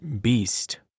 beast